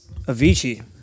Avicii